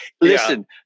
listen